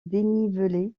dénivelé